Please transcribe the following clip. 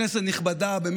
כנסת נכבדה,